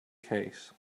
case